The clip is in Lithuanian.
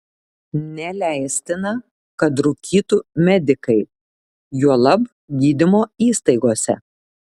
neleistina kad rūkytų medikai juolab gydymo įstaigose